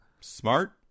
smart